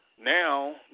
Now